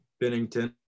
Bennington